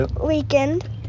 weekend